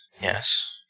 Yes